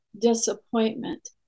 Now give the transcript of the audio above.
disappointment